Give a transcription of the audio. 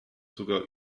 sogar